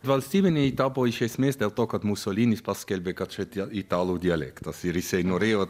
valstybinė ji tapo iš esmės dėl to kad musolinis paskelbė kad dėl italų dialektas ir jisai norėjo